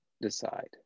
decide